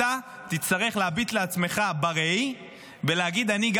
אתה תצטרך להביט בעצמך בראי ולהגיד: גם